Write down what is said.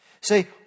Say